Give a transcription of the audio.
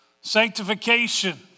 sanctification